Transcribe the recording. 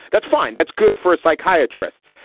that's fine. that's good for a psychiatrist.